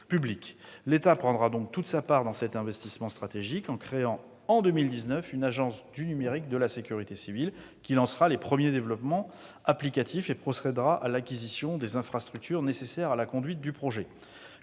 publique. L'État prendra donc toute sa part dans cet investissement stratégique, en créant en 2019 une « agence du numérique de la sécurité civile », qui lancera les premiers développements applicatifs et procédera à l'acquisition des infrastructures nécessaires à la conduite du projet.